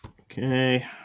okay